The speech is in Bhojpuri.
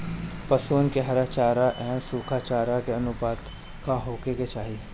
पशुअन के हरा चरा एंव सुखा चारा के अनुपात का होखे के चाही?